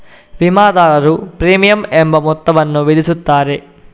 ವಿಮಾದಾರರು ಪ್ರೀಮಿಯಂ ಎಂಬ ಮೊತ್ತವನ್ನು ವಿಧಿಸುತ್ತಾರೆ